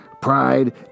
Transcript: pride